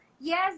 Yes